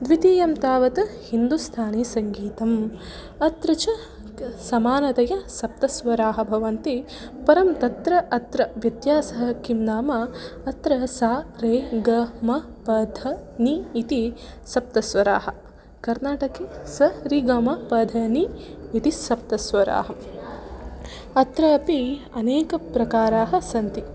द्वितीयं तावत् हिन्दुस्थानीसङ्गीतम् अत्र च समानतया सप्तस्वराः भवन्ति परं तत्र अत्र व्यत्यासः किं नाम अत्र स रि ग म प ध नि इति सप्तस्वराः कर्नाटके स रि ग म प ध नि इति सप्तस्वराः अत्रापि अनेकप्रकाराः सन्ति